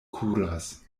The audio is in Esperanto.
kuras